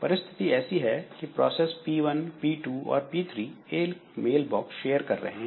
परिस्थिति ऐसी है कि प्रोसेस P1 P2 और P3 एक मेल बॉक्स ए शेयर कर रहे हैं